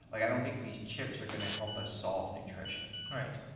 i don't think these chips are going to help us solve nutrition right.